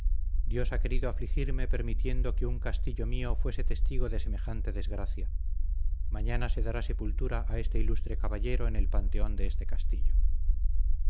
dios ha querido afligirme permitiendo que un castillo mío fuese testigo de semejante desgracia mañana se dará sepultura a este ilustre caballero en el panteón de este castillo